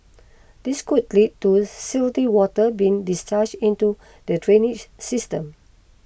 this could lead to silty water being discharged into the drainage system